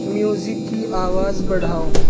music کی آواز بڑھاؤ